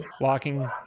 Locking